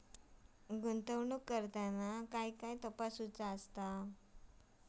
गुंतवणूक करताना काय काय तपासायच?